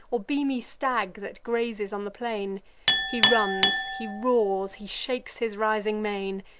or beamy stag, that grazes on the plain he runs, he roars, he shakes his rising mane,